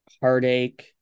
heartache